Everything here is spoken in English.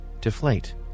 deflate